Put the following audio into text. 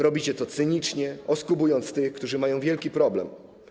Robicie to cynicznie, oskubując tych, którzy mają wielki problem.